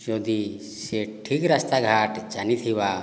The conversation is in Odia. ଯଦି ସିଏ ଠିକ୍ ରାସ୍ତାଘାଟ ଜାଣିଥିବ